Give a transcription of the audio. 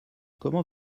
comment